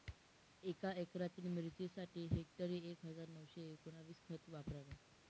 एका एकरातील मिरचीसाठी हेक्टरी एक हजार नऊशे एकोणवीस खत वापरावे